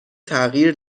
تغییر